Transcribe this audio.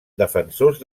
defensors